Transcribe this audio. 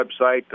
website